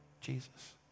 Jesus